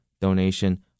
donation